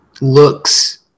looks